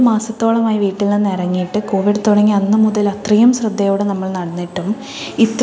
മാസത്തോളമായി വീട്ടിൽ നിന്ന് ഇറങ്ങീട്ട് കോവിഡ് തുടങ്ങി അന്നു മുതൽ അത്രയും ശ്രദ്ധയോടെ നമ്മൾ നടന്നിട്ടും ഇത്രയും